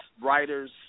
writers